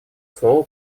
слово